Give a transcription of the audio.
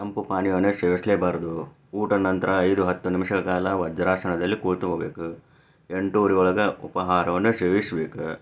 ತಂಪು ಪಾನೀಯವನ್ನು ಸೇವಿಸಲೇಬಾರ್ದು ಊಟದ ನಂತರ ಐದು ಹತ್ತು ನಿಮಿಷ ಕಾಲ ವಜ್ರಾಸನದಲ್ಲಿ ಕೂತ್ಕೋಬೇಕು ಎಂಟುವರೆವೊಳಗೆ ಉಪಹಾರವನ್ನು ಸೇವಿಸಬೇಕು